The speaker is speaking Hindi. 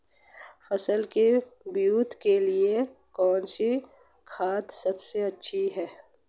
फसल की वृद्धि के लिए कौनसी खाद सबसे अच्छी है?